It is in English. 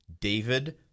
David